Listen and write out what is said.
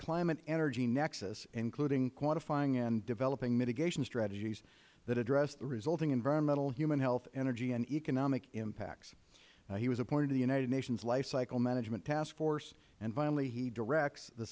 climate energy nexus including quantifying and developing mitigation strategies that address the resulting environmental human health energy and economic impacts he was appointed to the united nations life cycle management task force and finally he directs the